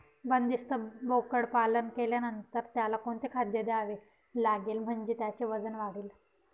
बंदिस्त बोकडपालन केल्यानंतर त्याला कोणते खाद्य द्यावे लागेल म्हणजे त्याचे वजन वाढेल?